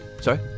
Sorry